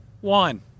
one